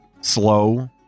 slow